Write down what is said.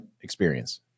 experience